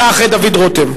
אתה אחרי דוד רותם.